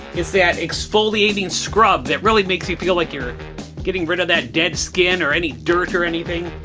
it's that exfoliating scrub that really makes you feel like you're getting rid of that dead skin or any dirt or anything.